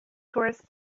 tourists